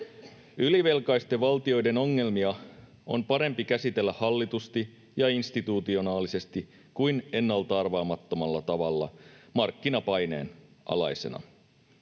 Ylivelkaisten valtioiden ongelmia on parempi käsitellä hallitusti ja institutionaalisesti kuin ennalta arvaamattomalla tavalla markkinapaineen alaisena.